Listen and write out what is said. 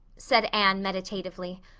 said anne meditatively,